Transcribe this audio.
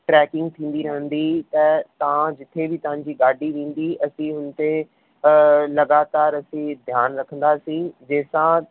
tracking थींदी रहंदी त तव्हां जिथे बि तव्हांजी गाॾी वेंदी असीं हुन ते लॻातार असीं ध्यानु रखंदासीं जंहिं सां